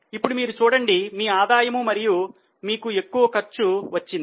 ఇప్పుడు మీరు చూడండి మీ ఆదాయం మరియు మీకు ఎక్కువ ఖర్చు వచ్చింది